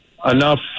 enough